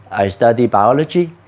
i studied biology